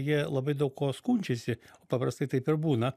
jie labai daug kuo skundžiasi paprastai taip ir būna